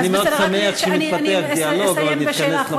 אני מאוד שמח שמתפתח דיאלוג, אבל נתכנס למתכונת.